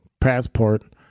passport